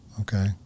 Okay